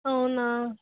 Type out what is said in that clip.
అవునా